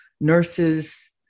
nurses